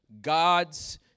God's